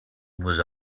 was